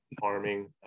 farming